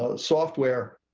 ah software,